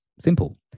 simple